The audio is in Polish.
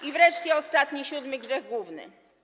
I wreszcie ostatni, siódmy grzech główny.